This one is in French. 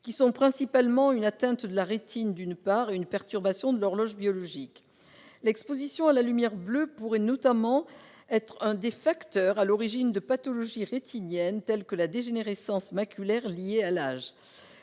à savoir, principalement, une atteinte de la rétine, d'une part, et une perturbation de l'horloge biologique, d'autre part. L'exposition à la lumière bleue pourrait notamment être un des facteurs à l'origine de pathologies rétiniennes, telles que la dégénérescence maculaire liée à l'âge.